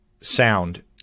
sound